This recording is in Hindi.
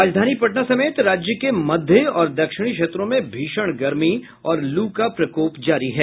राजधानी पटना समेत राज्य के मध्य और दक्षिणी क्षेत्रों में भीषण गर्मी और लू का प्रकोप जारी है